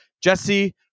Jesse